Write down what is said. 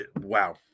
wow